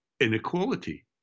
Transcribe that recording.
inequality